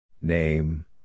Name